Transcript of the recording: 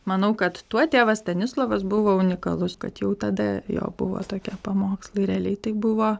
manau kad tuo tėvas stanislovas buvo unikalus kad jau tada jo buvo tokie pamokslai realiai tai buvo